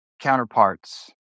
counterparts